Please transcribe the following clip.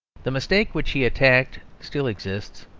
the mistake which he attacked still exists.